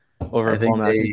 Over